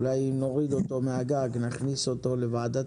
אולי אם נוריד אותו מהגג ונכניס אותו לוועדת